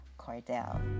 Cordell